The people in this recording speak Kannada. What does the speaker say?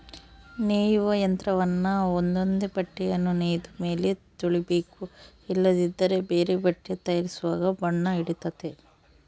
ನೇಯುವ ಯಂತ್ರವನ್ನ ಒಂದೊಂದೇ ಬಟ್ಟೆಯನ್ನು ನೇಯ್ದ ಮೇಲೆ ತೊಳಿಬೇಕು ಇಲ್ಲದಿದ್ದರೆ ಬೇರೆ ಬಟ್ಟೆ ತಯಾರಿಸುವಾಗ ಬಣ್ಣ ಹಿಡಿತತೆ